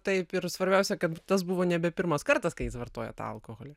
taip ir svarbiausia kad tas buvo nebe pirmas kartas kai jis vartojo tą alkoholį